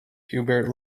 hubert